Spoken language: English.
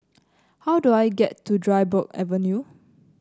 how do I get to Dryburgh Avenue